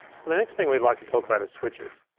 the next thing we'd like to talk about is switchers.